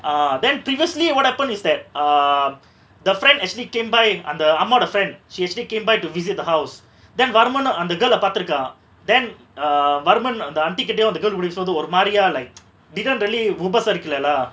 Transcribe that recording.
uh then previously what happen is that uh the friend actually came by அந்த அம்மாவோட:antha ammavoda friend she actually came by to visit the house then வருமுன்னு அந்த:varumunnu antha girl ah பாத்திருக்கா:paathiruka then err varman அந்த:antha aunty கிட்டயு அந்த:kittayu antha girl இப்டி சொன்னது ஒரு மாரியா:ipdi sonnathu oru mariya like dekan really உபசரிக்கள:upasarikala lah